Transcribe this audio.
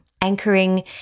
Anchoring